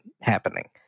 happening